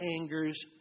anger's